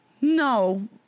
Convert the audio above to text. No